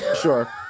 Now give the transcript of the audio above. Sure